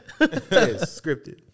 scripted